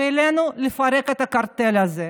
ועלינו לפרק את הקרטל הזה.